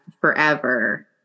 forever